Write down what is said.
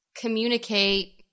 communicate